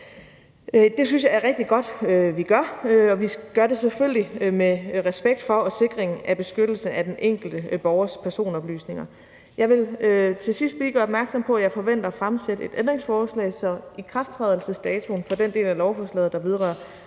Det synes jeg er rigtig godt vi gør; og vi gør det selvfølgelig med respekt for og sikring af beskyttelsen af den enkelte borgers personoplysninger. Jeg vil til sidst lige gøre opmærksom på, at jeg forventer at stille et ændringsforslag, så ikrafttrædelsesdatoen for den del af lovforslaget, der vedrører